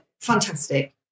fantastic